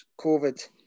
COVID